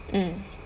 mm